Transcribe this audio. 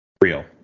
real